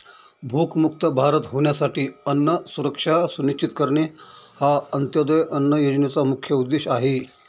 भूकमुक्त भारत होण्यासाठी अन्न सुरक्षा सुनिश्चित करणे हा अंत्योदय अन्न योजनेचा मुख्य उद्देश आहे